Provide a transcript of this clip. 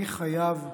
אני חייב מהר,